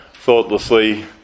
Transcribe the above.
thoughtlessly